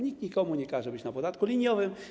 Nikt nikomu nie każe być na podatku liniowym.